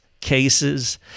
cases